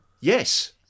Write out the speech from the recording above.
Yes